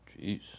Jeez